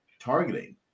targeting